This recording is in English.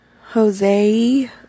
Jose